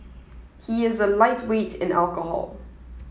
he is a lightweight in alcohol